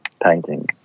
Painting